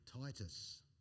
Titus